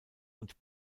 und